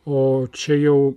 o čia jau